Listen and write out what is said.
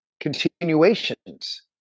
continuations